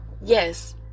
Yes